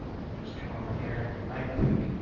we'll just come over here and right-click.